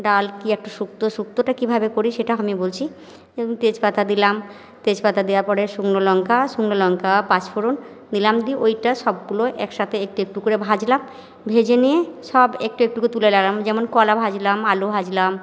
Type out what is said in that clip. ডাল কী একটু শুক্তো শুক্তোটা কীভাবে করি সেটা আমি বলছি তেজপাতা দিলাম তেজপাতা দেওয়ার পরে শুকনো লঙ্কা শুকনো লঙ্কা পাঁচফোঁড়ন দিলাম দিয়ে ওইটা সবগুলো একসাথে একটু একটু করে ভাজলাম ভেজে নিয়ে সব একটু একটু করে তুলে রাকলাম যেমন কলা ভাজলাম আলু ভাজলাম